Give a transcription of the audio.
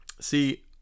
See